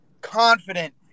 confident